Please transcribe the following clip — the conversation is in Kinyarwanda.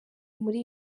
muri